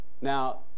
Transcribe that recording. now